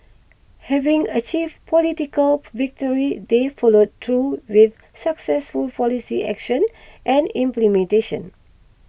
having achieved political victory they followed through with successful policy action and implementation